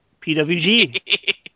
PWG